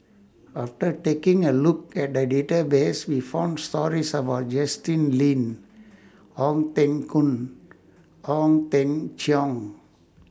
after taking A Look At The Database We found stories about Justin Lean Ong Teng Koon Ong Teng Cheong